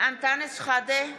אנטאנס שחאדה,